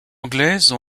anglaise